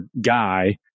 guy